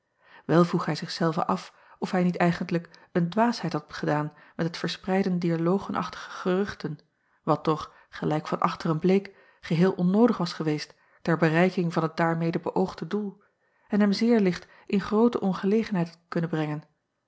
el vroeg hij zich zelven af of hij niet eigentlijk een dwaasheid had gedaan met het verspreiden dier logenachtige geruchten wat toch gelijk van achteren bleek geheel onnoodig was geweest ter acob van ennep laasje evenster delen bereiking van het daarmede beöogde doel en hem zeer licht in groote ongelegenheid had kunnen brengen